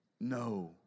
No